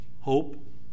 hope